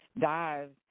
dives